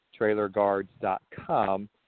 trailerguards.com